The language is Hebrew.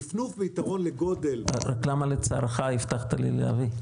"נפנוף" ביתרון לגודל -- אז למה לצערך הבטחת לי להביא?